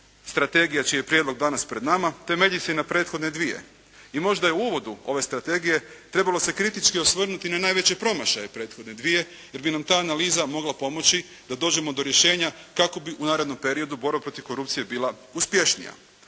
strategija čiji je prijedlog danas pred nama temelji se na prethodne dvije. I možda je u uvodu ove strategije trebalo se kritički osvrnuti na najveće promašaje prethodne dvije, jer bi nam ta analiza mogla pomoći da dođemo do rješenja kako bi u narednom periodu borba protiv korupcije bila uspješnija.